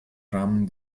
rahmen